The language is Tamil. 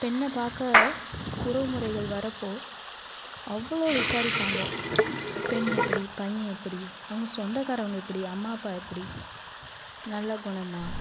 பெண்ணை பார்க்க உறவுமுறைகள் வர்றப்போ அவ்வளோ விசாரிப்பாங்க பெண் எப்படி பையன் எப்படி அவங்க சொந்தக்காரவங்க எப்படி அம்மா அப்பா எப்படி நல்ல குணமாக